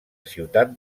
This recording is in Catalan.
ciutat